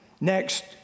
Next